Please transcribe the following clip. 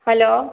hello